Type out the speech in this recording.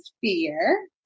fear